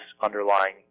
underlying